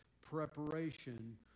preparation